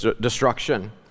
destruction